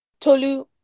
Tolu